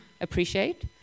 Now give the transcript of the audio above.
appreciate